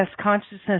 consciousness